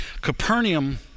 Capernaum